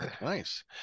Nice